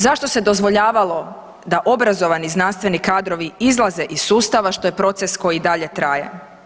Zašto se dozvoljavalo da obrazovani znanstveni kadrovi izlaze iz sustava što je proces koji i dalje traje?